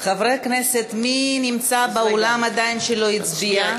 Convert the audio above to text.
חברי הכנסת, מי נמצא באולם ועדיין לא הצביע?